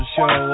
Show